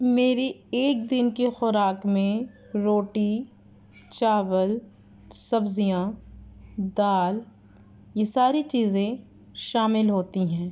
میری ایک دن کی خوراک میں روٹی چاول سبزیاں دال یہ ساری چیزیں شامل ہوتی ہیں